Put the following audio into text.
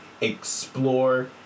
explore